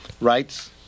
rights